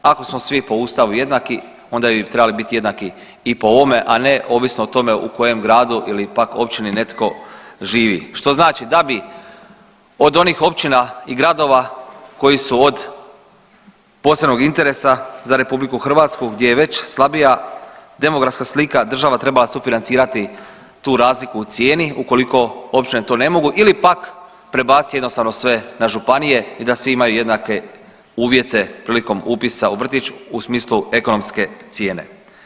Ako smo svi po Ustavu jednaki onda bi trebali biti jednaki i po ovome, a ne ovisno o tome u kojem gradu ili pak općini netko živi što znači da bi od onih općina i gradova koji su od posebnog interesa za Republiku Hrvatsku gdje je već slabija demografska slika država trebala sufinancirati tu razliku u cijeni ukoliko općine to ne mogu, ili pak prebaciti jednostavno sve na županije i da svi imaju jednake uvjete prilikom upisa u vrtić u smislu ekonomske cijene.